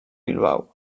bilbao